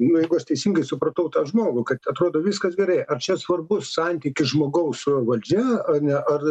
na jeigu aš teisingai supratau tą žmogų kad atrodo viskas gerai ar čia svarbus santykis žmogaus valdžia ane ar